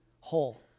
whole